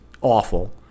awful